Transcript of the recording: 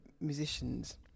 musicians